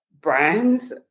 brands